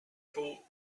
thought